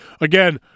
Again